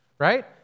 right